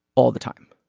all the time.